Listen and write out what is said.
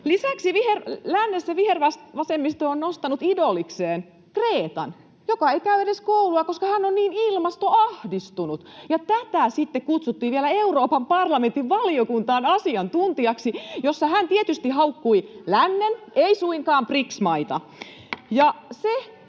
Lisäksi lännessä vihervasemmisto on nostanut idolikseen Gretan, joka ei käy edes koulua, koska hän on niin ilmastoahdistunut. Ja tätä sitten kutsuttiin vielä Euroopan parlamentin valiokuntaan asiantuntijaksi, missä hän tietysti haukkui lännen, ei suinkaan BRICS-maita.